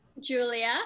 Julia